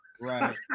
right